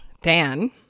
Dan